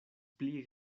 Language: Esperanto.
pli